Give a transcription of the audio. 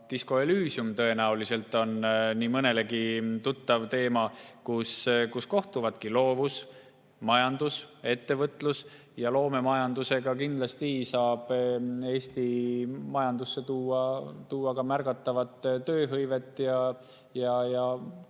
Disco Elysium on tõenäoliselt nii mõnelegi tuttav teema, kus kohtuvad loovus, majandus ja ettevõtlus. Loomemajandusega saab Eesti majandusse tuua ka märgatavat tööhõivet ja